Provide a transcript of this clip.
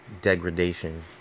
degradation